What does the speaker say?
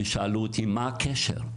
כששאלו אותי מה הקשר,